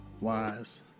wise